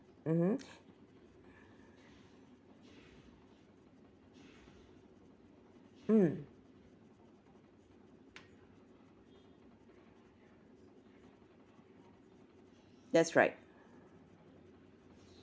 mmhmm mm that's right